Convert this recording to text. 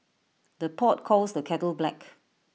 the pot calls the kettle black